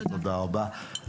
תודה רבה.